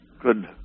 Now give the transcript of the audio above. good